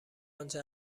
آنچه